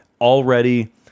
already